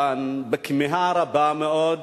הם חזרו לכאן בכמיהה רבה מאוד